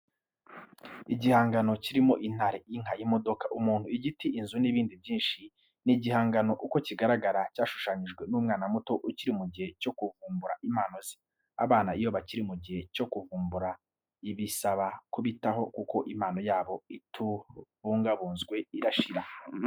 Igihangano kirimo intare, inka, imodoka, umuntu, igiti, inzu n'ibindi byinshi. Iki gihangano uko kigaragara cyashushanyijwe n'umwana muto ukiri mu gihe cyo kuvumbura impano ze. Abana iyo bakiri mu gihe cyo kuvumbura bisaba kubitaho kuko impano yabo itabungabunzwe irashira.